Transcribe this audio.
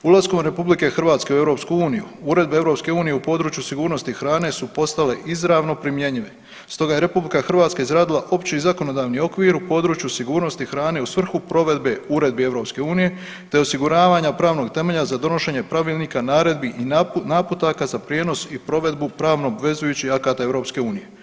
Ulaskom Republike Hrvatske u EU uredbe EU u području sigurnosti hrane su postale izravno primjenjive, stoga je Republika Hrvatska izradila opći i zakonodavni okvir u području sigurnosti hrane u svrhu provedbe uredbi EU, te osiguravanja pravnog temelja za donošenje pravilnika, naredbi i naputaka za prijenos i provedbu pravno obvezujućih akata EU.